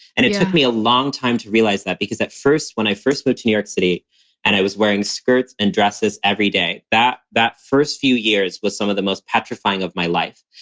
and it took me a long time to realize that, because at first, when i first moved to new york city and i was wearing skirts and dresses everyday, that, that first few years was some of the most petrifying of my life.